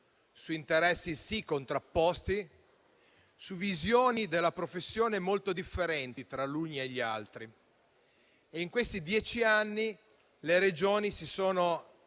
su interessi sì contrapposti, su visioni della professione molto differenti. In questi dieci anni le Regioni si sono